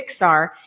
Pixar